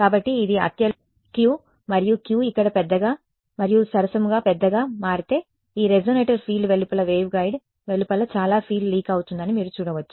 కాబట్టి ఇది అత్యల్ప Q మరియు Q ఇక్కడ పెద్దగా మరియు సరసముగా పెద్దగా మారితే ఈ రెసొనేటర్ ఫీల్డ్ వెలుపల వేవ్గైడ్ వెలుపల చాలా ఫీల్డ్ లీక్ అవుతుందని మీరు చూడవచ్చు